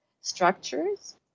structures